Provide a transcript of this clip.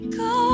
go